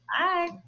Bye